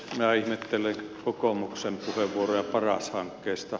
minä ihmettelen kokoomuksen puheenvuoroja paras hankkeesta